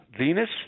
Venus